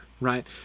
right